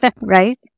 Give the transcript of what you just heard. right